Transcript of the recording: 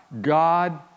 God